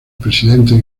presidente